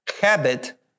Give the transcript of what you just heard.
Habit